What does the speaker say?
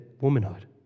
womanhood